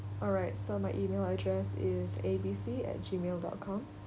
alright so my email address is abc at gmail dot com